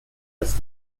dass